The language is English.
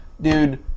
dude